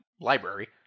library